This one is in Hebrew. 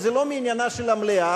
וזה לא מעניינה של המליאה,